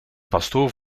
pastoor